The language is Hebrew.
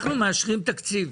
אנחנו מאשרים תקציב,